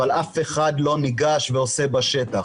אבל אף אחד לא ניגש ועושה בשטח.